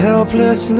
Helpless